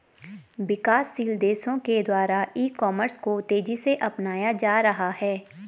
विकासशील देशों के द्वारा ई कॉमर्स को तेज़ी से अपनाया जा रहा है